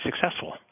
successful